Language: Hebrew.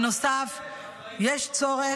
השרה,